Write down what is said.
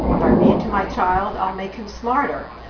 if i read to my child, i'll make him smarter,